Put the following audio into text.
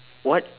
what